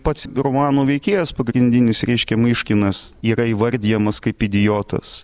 pats romano veikėjas pagrindinis reiškia myškinas yra įvardijamas kaip idiotas